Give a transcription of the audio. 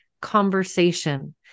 conversation